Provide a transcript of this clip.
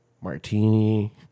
Martini